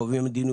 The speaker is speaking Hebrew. קובעי מדיניות.